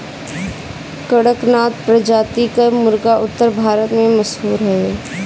कड़कनाथ प्रजाति कअ मुर्गा उत्तर भारत में मशहूर हवे